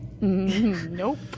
nope